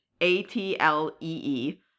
A-T-L-E-E